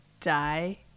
Die